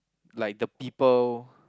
like the people